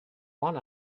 want